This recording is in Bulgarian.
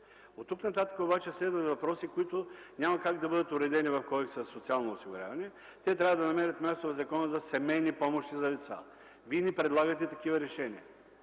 Оттук нататък следват въпроси, които няма как да бъдат уредени в Кодекса за социалното осигуряване. Те трябва да намерят място в Закона за семейните помощи за деца. Вие не предлагате такива решения.